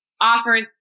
offers